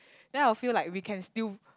then I will feel like we can still